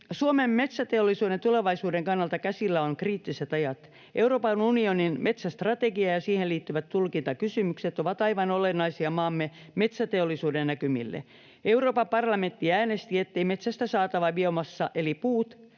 Suomen metsäteollisuuden tulevaisuuden kannalta käsillä ovat kriittiset ajat. Euroopan unionin metsästrategia ja siihen liittyvät tulkintakysymykset ovat aivan olennaisia maamme metsäteollisuuden näkymille. Euroopan parlamentti äänesti, ettei metsästä saatava biomassa, eli puut,